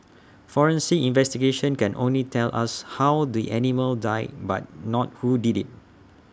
forensic investigations can only tell us how the animal died but not who did IT